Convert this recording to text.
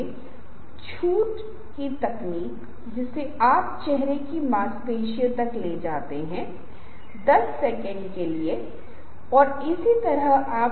वे शुरुआत में भी प्रतीकात्मक रूप से और बहुत बार स्लाइड में हो सकते हैं हम कहते हैं कि आप न्याय या कानून पर एक प्रस्तुति बना रहे हैं और आप पाते हैं कि पीपीटी प्रारूप में एमएस पीपीटी में आप पाते हैं कि ऐसी छवियां हैं